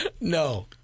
No